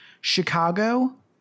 Chicago